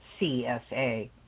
CSA